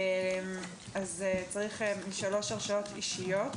צריך שלוש הרשאות אישיות